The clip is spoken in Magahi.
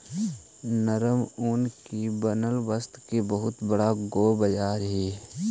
नरम ऊन से बनल वस्त्र के बहुत बड़ा गो बाजार हई